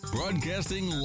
Broadcasting